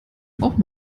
auch